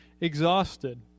exhausted